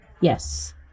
Yes